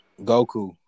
Goku